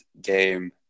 game